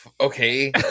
Okay